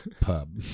pub